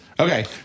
Okay